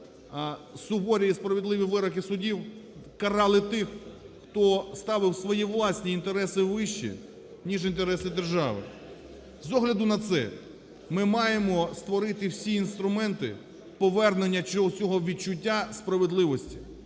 суворі і справедливі вироки судів карали тих, хто ставив свої власні інтереси вище, ніж інтереси держави. З огляду на це ми маємо створити всі інструменти повернення цього всього відчуття справедливості,